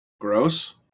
gross